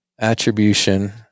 Attribution